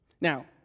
Now